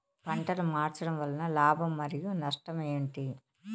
పంటలు మార్చడం వలన లాభం మరియు నష్టం ఏంటి